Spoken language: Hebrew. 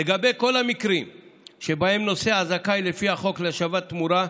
לגבי כל המקרים שבהם נוסע זכאי לפי החוק להשבת תמורה,